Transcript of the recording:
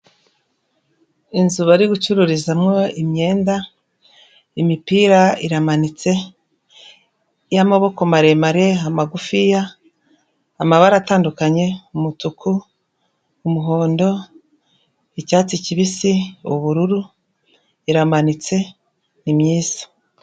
Inzu bari gucururizamo imyenda, imipira iramanitse y'amaboko maremare, amagufiya amabara atandukanye, umutuku, umuhondo, icyatsi kibisi, ubururu, iramanitse ni myiza.